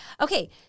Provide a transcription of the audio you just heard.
Okay